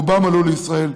רובם עלו לישראל.